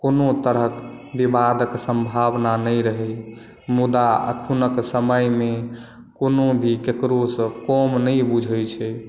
कोनो तरहक विवादक सम्भावना नहि रहै मुदा अखूनक समय मे कोनो भी केकरो सॅं कम नहि बुझै छै